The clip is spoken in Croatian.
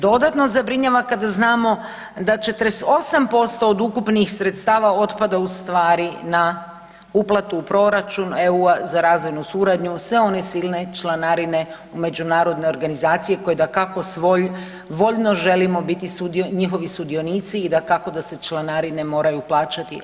Dodatno zabrinjava kada znamo da 48% od ukupnih sredstava otpada u stvari na uplatu u proračun EU-a za razvojnu suradnju, sve one silne članarine u međunarodne organizacije koje dakako svojevoljno želimo biti njihovi sudionici i dakako da se članarine moraju plaćati.